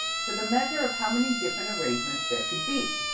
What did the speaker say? for the measure of how many different arrangements there could be.